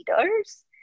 leaders